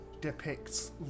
depicts